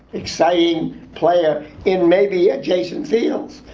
exciting player in maybe adjacent fields.